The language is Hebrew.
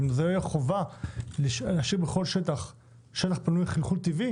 ואם לא תהיה חובה בכל שטח להשאיר שטח חלחול טבעי